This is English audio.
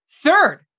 Third